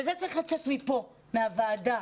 זה צריך לצאת מפה, מן הוועדה.